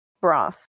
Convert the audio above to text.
broth